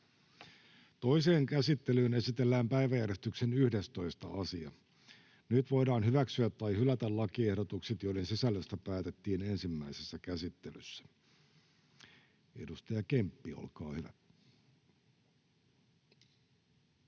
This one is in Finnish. Toiseen käsittelyyn esitellään päiväjärjestyksen 11. asia. Nyt voidaan hyväksyä tai hylätä lakiehdotukset, joiden sisällöstä päätettiin ensimmäisessä käsittelyssä. — Edustaja Kemppi, olkaa hyvä.